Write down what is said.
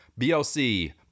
BLC